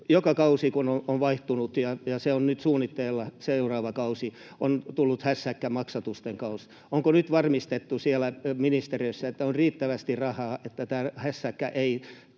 kun kausi on vaihtunut — ja seuraava kausi on nyt suunnitteilla — on tullut hässäkkää maksatusten kanssa. Onko nyt varmistettu ministeriössä, että on riittävästi rahaa, niin että tämä hässäkkä ei